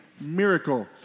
Miracle